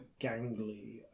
gangly